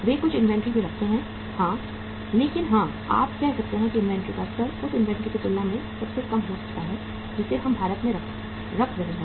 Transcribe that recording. वे कुछ इन्वेंट्री भी रखते हैं लेकिन हां आप कह सकते हैं कि इन्वेंट्री का स्तर उस इन्वेंट्री की तुलना में सबसे कम हो सकता है जिसे हम भारत में रख रहे हैं